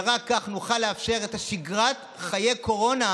ורק כך נוכל לאפשר את שגרת חיי הקורונה,